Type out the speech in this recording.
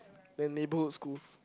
than neighbourhood schools